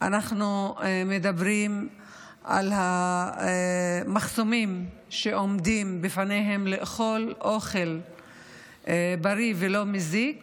אנחנו מדברים על המחסומים שעומדים בפניהם לאכול אוכל בריא ולא מזיק